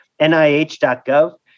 NIH.gov